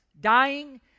dying